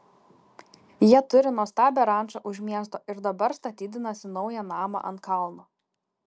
jie turi nuostabią rančą už miesto ir dabar statydinasi naują namą ant kalno